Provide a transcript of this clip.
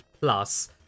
plus